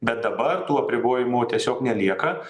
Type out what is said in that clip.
bet dabar tų apribojimų tiesiog nelieka